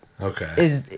Okay